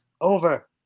Over